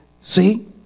see